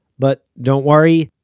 but don't worry,